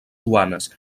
duanes